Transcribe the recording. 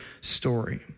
story